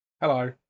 Hello